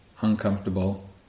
uncomfortable